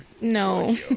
No